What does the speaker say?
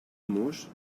mos